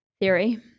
theory